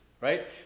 right